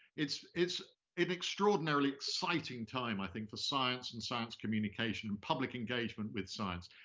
it's it's an extraordinarily exciting time, i think, for science and science communication and public engagement with science.